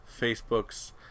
Facebooks